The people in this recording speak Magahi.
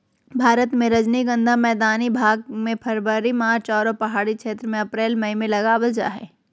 भारत मे रजनीगंधा मैदानी भाग मे फरवरी मार्च आरो पहाड़ी क्षेत्र मे अप्रैल मई मे लगावल जा हय